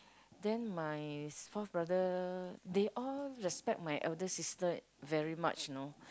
then my fourth brother they all respect my eldest sister very much you know